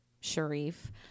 Sharif